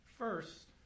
First